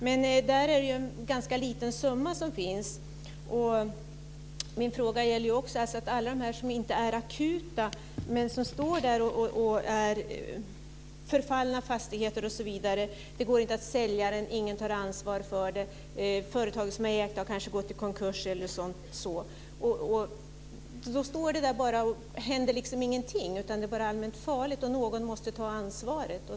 Men där är det en ganska liten summa det handlar om. Min fråga gäller också allt det som inte är akut men som ändå står där; förfallna fastigheter osv. Det går inte att sälja dem. Ingen tar ansvar för dem. Företagen som ägt dem har kanske gått i konkurs. Då står de bara där och ingenting händer. Det är bara allmänt farligt, och någon måste ta ansvaret.